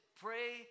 pray